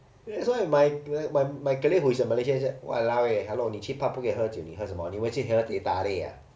that's why my my my colleague who is a malaysian say !walao! eh hello 你去 pub 不可以喝酒你喝什么你以为去喝 teh tarik ah